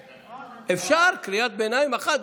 אפשר קריאת ביניים אחת.